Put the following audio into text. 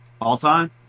All-time